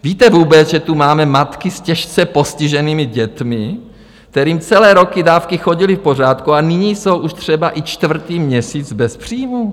Víte vůbec, že tu máme matky s těžce postiženými dětmi, kterým celé roky dávky chodily v pořádku, a nyní jsou už třeba i čtvrtý měsíc bez příjmů?